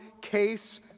case